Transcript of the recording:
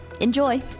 Enjoy